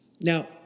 Now